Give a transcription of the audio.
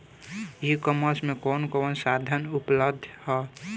ई कॉमर्स में कवन कवन साधन उपलब्ध ह?